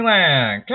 Land